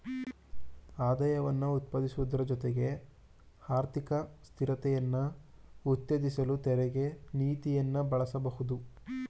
ಆದಾಯವನ್ನ ಉತ್ಪಾದಿಸುವುದ್ರ ಜೊತೆಗೆ ಆರ್ಥಿಕ ಸ್ಥಿರತೆಯನ್ನ ಉತ್ತೇಜಿಸಲು ತೆರಿಗೆ ನೀತಿಯನ್ನ ಬಳಸಬಹುದು